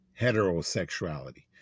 heterosexuality